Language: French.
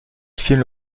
filme